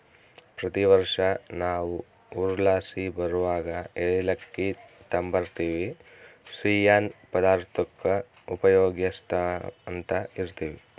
ಪ್ರತಿ ವರ್ಷ ನಾವು ಊರ್ಲಾಸಿ ಬರುವಗ ಏಲಕ್ಕಿ ತಾಂಬರ್ತಿವಿ, ಸಿಯ್ಯನ್ ಪದಾರ್ತುಕ್ಕ ಉಪಯೋಗ್ಸ್ಯಂತ ಇರ್ತೀವಿ